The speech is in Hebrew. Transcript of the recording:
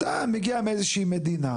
אתה מגיע מאיזה שהיא מדינה.